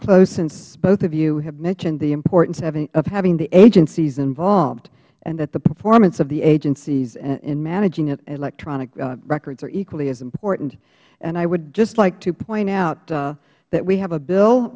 close since both of you have mentioned the importance of having the agencies involved and that the performance of the agencies in managing electronic records are equally as important and i would just like to point out that we have a bill